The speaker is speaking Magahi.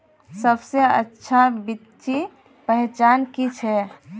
सबसे अच्छा बिच्ची पहचान की छे?